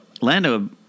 Lando